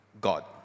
God